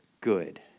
good